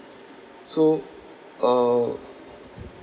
so uh